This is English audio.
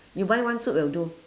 you buy one suit will do